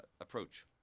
approach